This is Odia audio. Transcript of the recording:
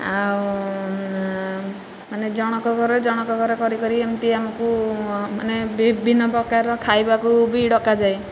ଆଉ ମାନେ ଜଣଙ୍କ ଘର ଜଣଙ୍କ ଘର କରି କରି ଏମିତି ଆମକୁ ମାନେ ବିଭିନ୍ନ ପ୍ରକାର ଖାଇବାକୁ ବି ଡକାଯାଏ